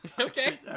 Okay